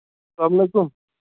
سَلام علیکُم